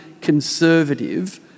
conservative